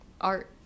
art